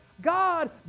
God